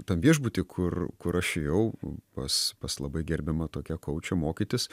tam viešbuty kur kur aš ėjau pas pas labai gerbiamą tokią kaučę mokytis